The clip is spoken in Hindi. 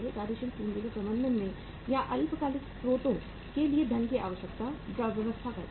बैंक वित्त की भूमिका कार्यशील पूंजी के प्रबंधन में या अल्पकालिक स्रोतों के लिए धन की व्यवस्था करने में